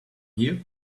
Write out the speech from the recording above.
here